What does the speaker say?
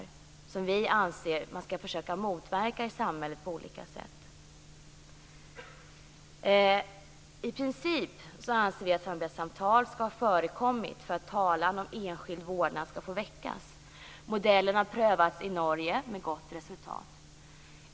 Vi anser att man i samhället skall försöka motverka det på olika sätt. I princip anser vi att samarbetssamtal skall ha förekommit för att talan om enskild vårdnad skall få väckas. Modellen har prövats i Norge med gott resultat.